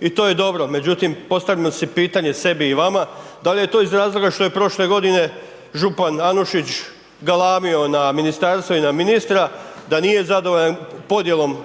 i to je dobro, međutim postavimo si pitanje sebi i vama, dal' je to iz razloga što je prošle godine župan Anušić galamio na Ministarstvo i na ministra da nije zadovoljan podjelom